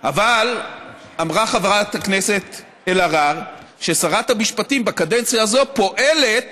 אבל אמרה חברת הכנסת אלהרר ששרת המשפטים בקדנציה הזו פועלת